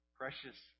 Precious